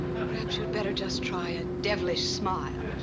perhaps you'd better just try a devilish smile.